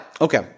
okay